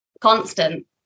constant